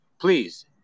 please